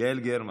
יעל גרמן,